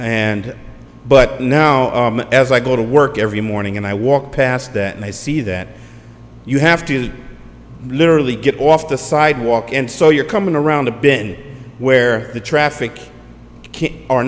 and but now as i go to work every morning and i walk past that and i see that you have to literally get off the sidewalk and so you're coming around the bin where the traffic